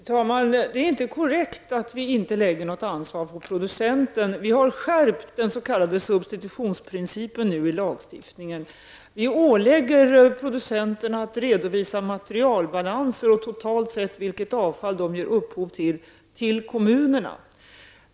Fru talman! Det är inte korrekt att vi inte lägger något ansvar på producenten. Den s.k. substitutionsprincipen har skärpts i lagstiftningen. Producenten åläggs att till kommunerna redovisa materialbalanser och vilket avfall produkten totalt sett ger upphov till.